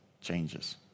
changes